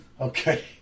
Okay